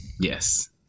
Yes